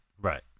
right